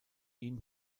ihn